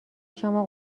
شما